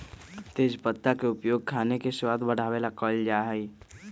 तेजपत्ता के उपयोग खाने के स्वाद बढ़ावे ला कइल जा हई